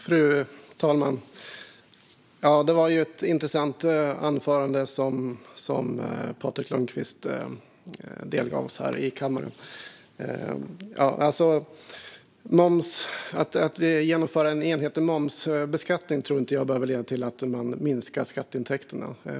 Fru talman! Det var ett intressant anförande som Patrik Lundqvist delgav oss här i kammaren. Att en enhetlig moms införs tror jag inte behöver leda till att skatteintäkterna minskar.